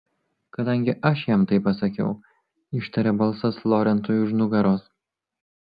kadangi aš jam tai pasakiau ištarė balsas lorencui už nugaros